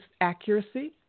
accuracy